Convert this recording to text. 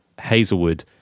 Hazelwood